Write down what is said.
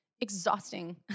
exhausting